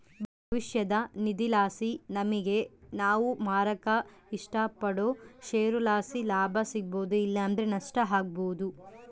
ಭವಿಷ್ಯದ ನಿಧಿಲಾಸಿ ನಮಿಗೆ ನಾವು ಮಾರಾಕ ಇಷ್ಟಪಡೋ ಷೇರುಲಾಸಿ ಲಾಭ ಸಿಗ್ಬೋದು ಇಲ್ಲಂದ್ರ ನಷ್ಟ ಆಬೋದು